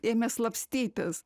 ėmė slapstytis